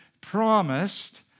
promised